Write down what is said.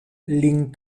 lin